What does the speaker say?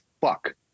fuck